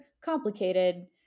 Complicated